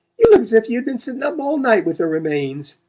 you look's if you'd been setting up all night with a remains!